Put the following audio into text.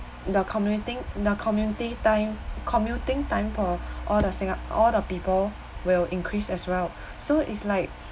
the communiting the community time commuting time for all the singa~ all the people will increase as well so is like